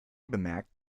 bemerkt